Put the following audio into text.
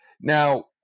now